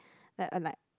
like uh like